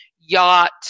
yacht